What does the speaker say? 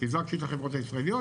חיזקתי את החברות הישראליות